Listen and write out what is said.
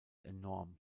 enorm